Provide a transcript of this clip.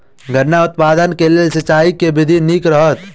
गन्ना उत्पादन केँ लेल सिंचाईक केँ विधि नीक रहत?